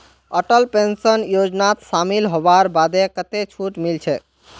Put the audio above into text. Atal pension योजनात शामिल हबार बादे कतेक छूट मिलछेक